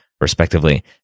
respectively